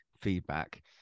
feedback